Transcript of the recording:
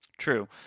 True